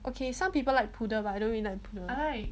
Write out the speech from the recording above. okay some people like poodle but I don't really like poodle